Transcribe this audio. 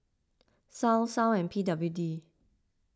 Sal Sal and P W D